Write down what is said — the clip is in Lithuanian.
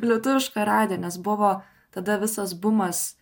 lietuvišką radiją nes buvo tada visas bumas